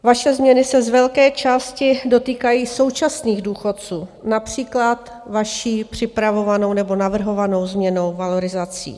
Vaše změny se z velké části dotýkají současných důchodců, například vaší připravovanou nebo navrhovanou změnou valorizací.